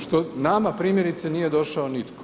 Što nama, primjerice nije došao nitko.